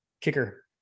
kicker